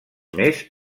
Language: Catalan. més